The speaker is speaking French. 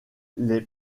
les